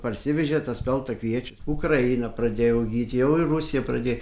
parsivežė ta speltą kviečius ukraina pradėjo augint jau ir rusija pradėjo